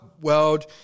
world